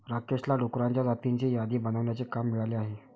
राकेशला डुकरांच्या जातींची यादी बनवण्याचे काम मिळाले आहे